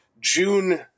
June